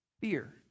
Fear